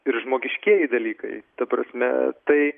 ir žmogiškieji dalykai ta prasme tai